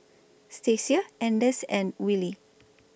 Stacia Anders and Willie